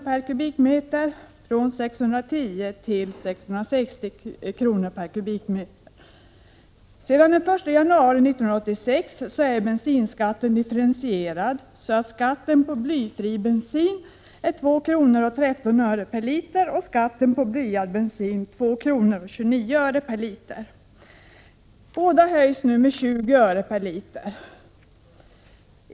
per m?, från 610 till 660 kr. per m?. Sedan den 1 januari 1986 är bensinskatten differentierad, så att skatten på blyfri bensin är 2:13 kr. per liter och skatten på blyad bensin 2:29 kr. per liter. Båda skatterna skall enligt propositionen höjas med 20 öre per liter.